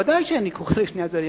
ודאי שאני קורא לשני הצדדים,